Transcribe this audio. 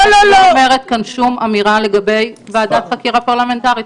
אני לא אומרת כאן שום אמירה לגבי ועדת חקירה פרלמנטרית,